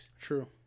True